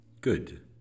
Good